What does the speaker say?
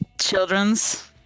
children's